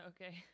Okay